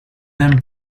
them